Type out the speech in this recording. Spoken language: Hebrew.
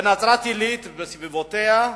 בנצרת-עילית וסביבותיה,